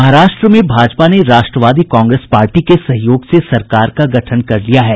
महाराष्ट्र में भाजपा ने Rashtravadi Congress Party के सहयोग से सरकार का गठन कर लिया है